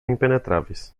impenetráveis